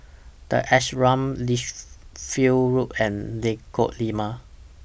The Ashram Lichfield Road and Lengkok Lima